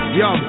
yo